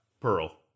Pearl